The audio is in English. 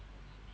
hmm